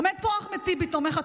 עומד פה אחמד טיבי תומך הטרור,